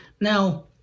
Now